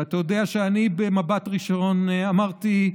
ואתה יודע שאני במבט ראשון אמרתי,